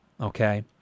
Okay